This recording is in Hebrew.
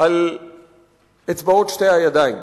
על אצבעות שתי הידיים.